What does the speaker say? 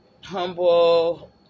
humble